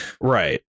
Right